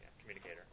communicator